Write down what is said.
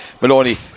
Maloney